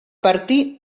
partir